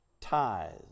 tithes